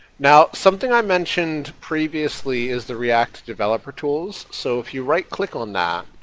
now something i mentioned previously is the react developer tools. so if you right click on that,